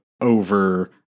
over